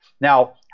Now